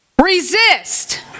Resist